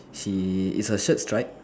she is her shirt stripe